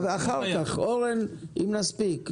אחר כך, אם נספיק.